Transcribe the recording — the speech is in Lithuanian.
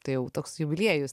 tai jau toks jubiliejus